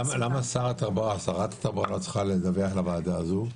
למה שרת התחבורה לא צריכה לדווח לוועדה הזו?